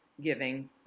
giving